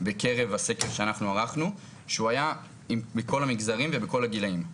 בקרב הסקר שאנחנו ערכנו שהוא היה עם כל המגזרים ובכל הגילים.